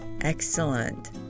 Excellent